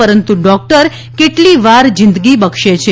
પરંતુ ડોકટર કેટલીયવાર જીંદગી બક્ષે છે